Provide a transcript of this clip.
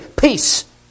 peace